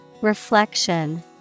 Reflection